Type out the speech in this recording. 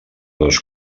dos